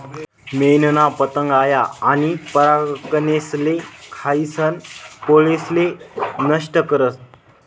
मेनना पतंग आया आनी परागकनेसले खायीसन पोळेसले नष्ट करतस